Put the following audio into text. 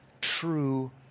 true